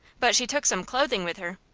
but she took some clothing with her?